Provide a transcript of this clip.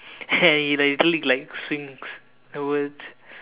and he like literally like swings the words